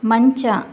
ಮಂಚ